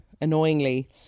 annoyingly